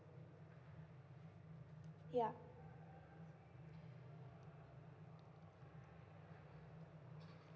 yeah